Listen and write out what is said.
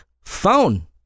phone